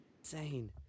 insane